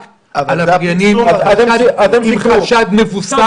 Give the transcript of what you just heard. רק על עבריינים עם חשד מבוסס.